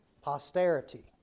posterity